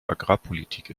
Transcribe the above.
agrarpolitik